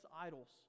idols